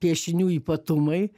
piešinių ypatumai